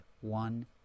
one